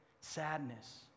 sadness